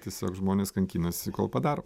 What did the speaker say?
tiesiog žmonės kankinasi kol padaro